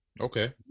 Okay